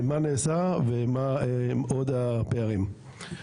מה נעשה ומהם עוד הפערים?